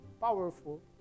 powerful